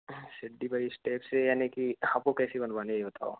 सीढ़ी वाइज़ कैसे यानि की आपको कैसी बनवानी ये बताओ